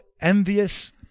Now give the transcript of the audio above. envious